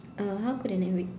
uh how could an every~